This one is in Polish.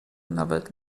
nawet